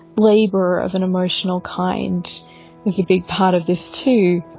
labor of an emotional kind is a big part of this, too.